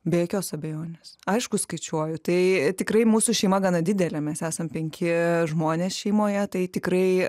be jokios abejonės aišku skaičiuoju tai tikrai mūsų šeima gana didelė mes esam penki žmonės šeimoje tai tikrai